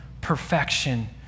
perfection